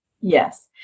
Yes